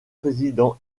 président